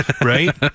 Right